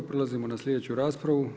Prelazimo na sljedeću raspravu.